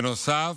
בנוסף,